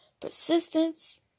persistence